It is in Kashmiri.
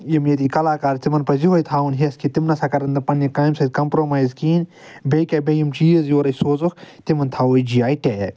یِم ییٚتِک کَلاکار چھِ تِمَن پَزِ یُہوے تھاوُن ہیٚس کہِ تِم نَہ سا کَرَن نہٕ پَننہِ کامہِ سۭتۍ کَمپرٛومایز کِہیٖنۍ بیٚیہِ کیٛاہ بیٚیہِ یِم چیٖز یورے سوزہوکھ تِمَن تھاوو أسۍ جی آے ٹیگ